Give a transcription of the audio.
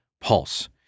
pulse